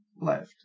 left